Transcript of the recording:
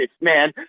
man